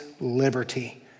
liberty